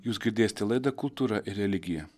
jūs girdėsite laidą kultūra ir religija